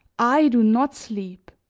i do not sleep,